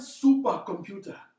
supercomputer